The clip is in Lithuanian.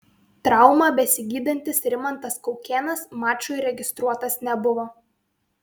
traumą besigydantis rimantas kaukėnas mačui registruotas nebuvo